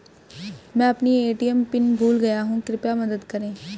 मैं अपना ATM pin भूल गया हूँ कृपया मदद करें